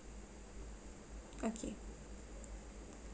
okay